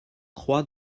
croix